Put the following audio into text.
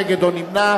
נגד או נמנע,